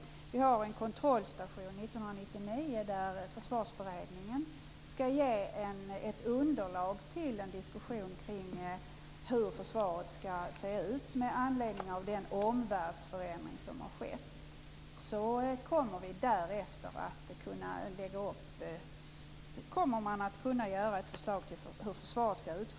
Vi har en kontrollstation 1999, där Försvarsberedningen skall ge ett underlag till en diskussion kring hur försvaret skall se ut med anledning av den omvärldsförändring som har skett. Därefter kommer man att kunna göra ett förslag till hur försvaret skall utformas.